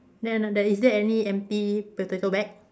then ano~ there is there any empty potato bag